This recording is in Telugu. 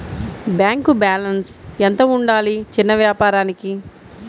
బ్యాంకు బాలన్స్ ఎంత ఉండాలి చిన్న వ్యాపారానికి?